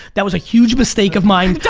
that was a huge mistake of mine,